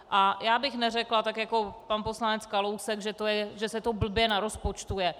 A já bych neřekla, tak jako pan poslanec Kalousek, že se to blbě narozpočtuje.